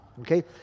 Okay